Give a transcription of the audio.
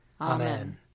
Amen